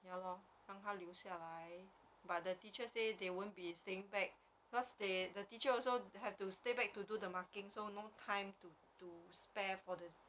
ya lor 让他留下来 but the teacher say they won't be staying back because they the teacher also have to stay back to do the marking so no time to to spare for the